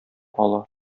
ала